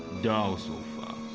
dull so